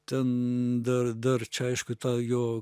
ten dar dar čia aišku tą jo